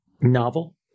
novel